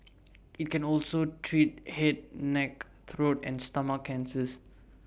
IT can also treat Head neck throat and stomach cancers